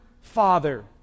Father